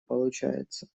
получается